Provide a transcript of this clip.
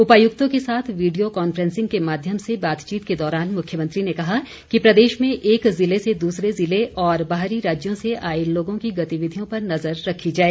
उपायुक्तों के साथ वीडियो कॉनफ्रेंसिंग के माध्यम से बातचीत के दौरान मुख्यमंत्री ने कहा कि प्रदेश में एक ज़िले से दूसरे ज़िले और बाहरी राज्य से आए लोगों की गतिविधियों पर नज़र रखी जाए